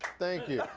thank you.